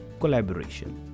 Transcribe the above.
collaboration